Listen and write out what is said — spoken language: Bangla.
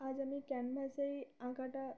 আজ আমি ক্যানভাসেই আঁকাটা